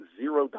zero